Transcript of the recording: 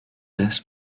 less